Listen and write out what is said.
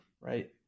right